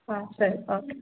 ಹಾಂ ಸರಿ ಓಕೆ